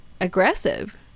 aggressive